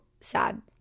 sad